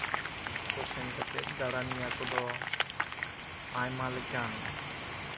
ᱠᱚ ᱥᱮᱱ ᱠᱟᱛᱮ ᱫᱟᱬᱟᱱᱤᱭᱟᱹ ᱠᱚᱫᱚ ᱟᱭᱢᱟ ᱞᱮᱠᱟᱱ